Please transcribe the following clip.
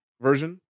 version